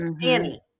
Danny